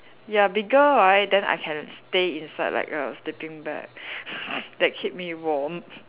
ya bigger right then I can stay inside like a sleeping bag that keep me warm